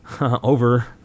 over